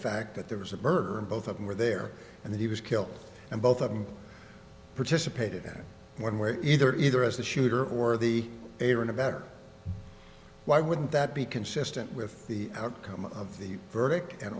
fact that there was a murder and both of them were there and he was killed and both of them participated in one way either either as the shooter or the they were in a better why wouldn't that be consistent with the outcome of the verdict and